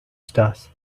stars